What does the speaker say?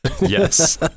Yes